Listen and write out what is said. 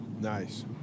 Nice